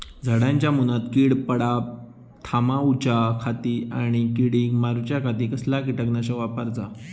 झाडांच्या मूनात कीड पडाप थामाउच्या खाती आणि किडीक मारूच्याखाती कसला किटकनाशक वापराचा?